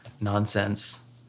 nonsense